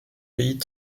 pays